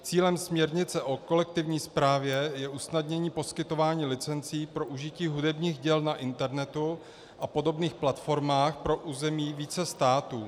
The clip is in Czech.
Cílem směrnice o kolektivní správě je usnadnění poskytování licencí pro užití hudebních děl na internetu a podobných platformách pro území více států.